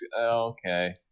okay